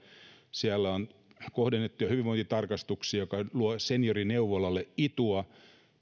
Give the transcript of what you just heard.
siellä on kohdennettuja hyvinvointitarkastuksia jotka luovat seniorineuvolalle itua